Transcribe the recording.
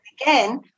again